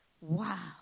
Wow